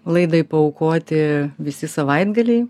laidai paaukoti visi savaitgaliai